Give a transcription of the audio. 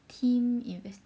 team investigate